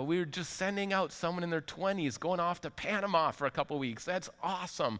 we're just sending out someone in their twenty's going off to panama for a couple weeks that's awesome